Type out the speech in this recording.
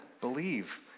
believe